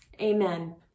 Amen